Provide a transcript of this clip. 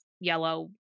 yellow